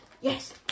Yes